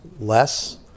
less